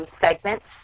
segments